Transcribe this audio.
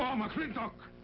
um mclintock,